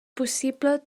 possible